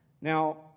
Now